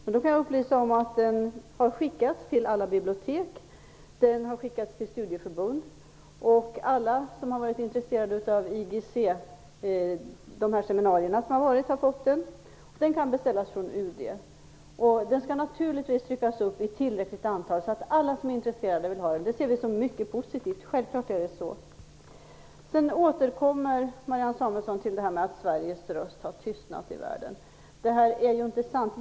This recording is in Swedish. Jag kan då upplysa om att den har skickats ut till alla bibliotek och studieförbund. Alla som har varit på IGC-seminarierna har fått den. Skriften kan också beställas hos UD. Den skall naturligtvis tryckas upp i ett tillräckligt antal så att alla som är intresserade kan få den. Det ser vi som mycket positivt. Självfallet gör vi det. Sedan återkommer Marianne Samuelsson till detta med att Sveriges röst har tystnat i världen. Det är ju inte sant.